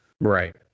Right